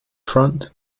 front